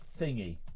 Thingy